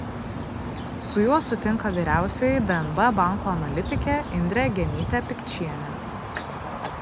su juo sutinka vyriausioji dnb banko analitikė indrė genytė pikčienė